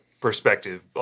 perspective